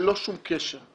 ללא שום קשר,